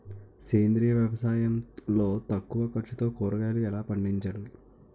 సేంద్రీయ వ్యవసాయం లో తక్కువ ఖర్చుతో కూరగాయలు ఎలా పండించాలి?